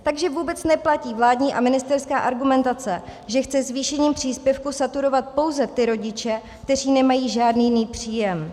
Takže vůbec neplatí vládní a ministerská argumentace, že chce zvýšením příspěvku saturovat pouze ty rodiče, kteří nemají žádný jiný příjem.